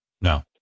no